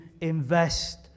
invest